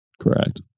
Correct